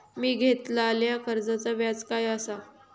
मी घेतलाल्या कर्जाचा व्याज काय आसा?